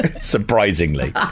surprisingly